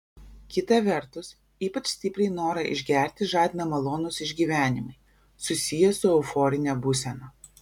kita vertus ypač stipriai norą išgerti žadina malonūs išgyvenimai susiję su euforine būsena